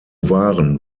waren